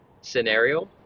scenario